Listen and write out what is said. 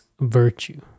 virtue